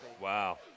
Wow